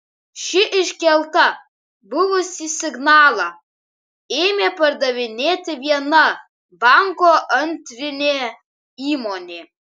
ši iškelta buvusį signalą ėmė pardavinėti viena banko antrinė įmonė